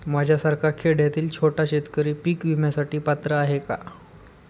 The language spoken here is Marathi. माझ्यासारखा खेड्यातील छोटा शेतकरी पीक विम्यासाठी पात्र आहे का?